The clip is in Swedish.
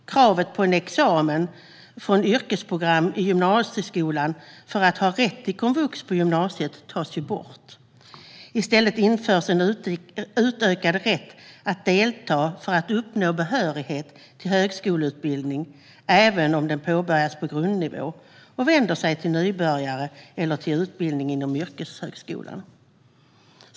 Kravet på en examen från ett yrkesprogram i gymnasieskolan för att ha rätt till komvux på gymnasiet tas bort. I stället införs en utökad rätt att delta för att uppnå behörighet till högskoleutbildning, även om denna påbörjas på grundnivå och vänder sig till nybörjare eller till utbildning inom yrkeshögskolan.